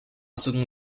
seconde